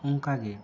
ᱚᱝᱠᱟ ᱜᱮ